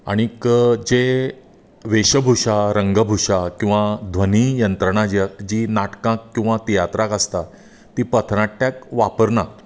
आनीक जे वेशभुशा रंगभुशा किंवा ध्वनीयंत्रणां जी नाटकाक किंवा तियात्राक आसता ती पथनाट्याक वापरनात